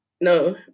no